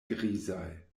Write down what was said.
grizaj